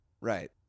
right